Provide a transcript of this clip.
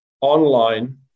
online